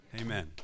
Amen